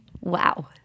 Wow